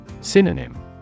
Synonym